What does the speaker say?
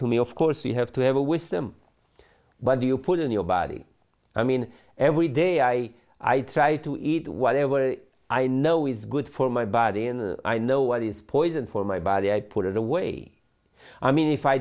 to me of course you have to have a wisdom what do you put in your body i mean every day i i try to eat whatever i know is good for my body and i know what is poison for my body i put it away i mean if i